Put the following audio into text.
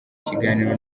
kiganiro